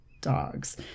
dogs